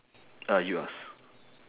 uh you ask